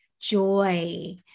joy